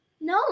No